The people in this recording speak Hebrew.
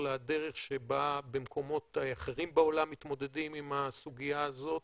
לדרך שבה במקומות אחרים בעולם מתמודדים עם הסוגיה הזאת,